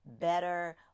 Better